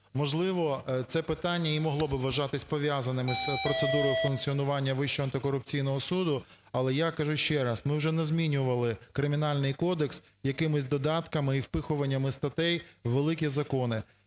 Можливо, це питання і могло би вважатись пов'язаним із процедурою функціонування Вищого антикорупційного суду. Але я кажу ще раз, ми вже не змінювали Кримінальний кодекс якимись додатками і впихуваннями статей у великі закони.